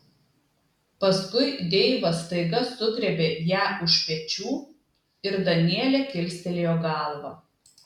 paskui deivas staiga sugriebė ją už pečių ir danielė kilstelėjo galvą